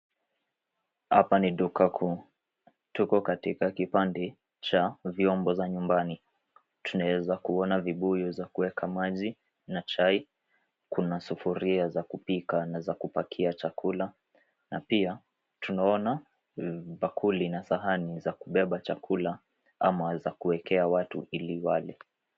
Hapa ni duka kuu. Tuko katika kipande cha vyombo za nyumbani. Tunaeza kuona vibuyu za kueka maji na chai, kuna sufuria za kupika na za kupakia chakula, na pia tunaona bakuli na sahani za kubeba chakula ama za kuekea watu ili wale.